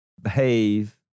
behave